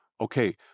Okay